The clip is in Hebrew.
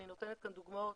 אני נותנת כאן דוגמאות,